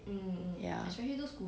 ya